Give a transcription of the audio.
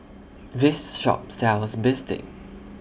This Shop sells Bistake